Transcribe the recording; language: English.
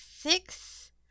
Six